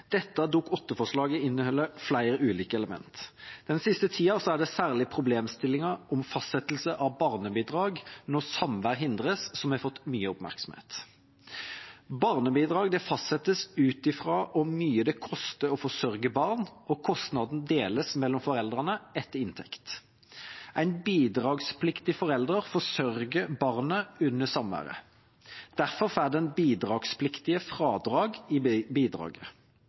Dette Dokument 8-forslaget inneholder flere ulike elementer. Den siste tida er det særlig problemstillingen om fastsettelse av barnebidrag når samvær hindres, som har fått mye oppmerksomhet. Barnebidrag fastsettes ut fra hvor mye det koster å forsørge barn, og kostnaden deles mellom foreldrene etter inntekt. En bidragspliktig forelder forsørger barnet under samværet. Derfor får den bidragspliktige fradrag i bidraget.